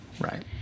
Right